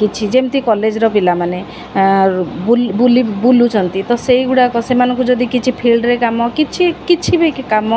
କିଛି ଯେମିତି କଲେଜ୍ର ପିଲାମାନେ ବୁଲୁଛନ୍ତି ତ ସେଇଗୁଡ଼ାକ ସେମାନଙ୍କୁ ଯଦି କିଛି ଫିଲ୍ଡରେ କାମ କିଛି କିଛି ବି କାମ